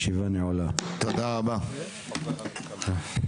הישיבה ננעלה בשעה 14:00.